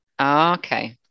okay